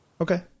Okay